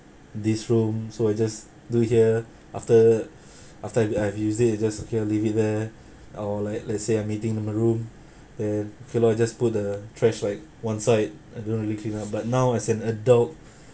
this room so I just do here after after I've uh used it I just okay loh leave it there or like let's say I'm eating in the room then okay loh I just put the trash like one side I don't really clean up but now as an adult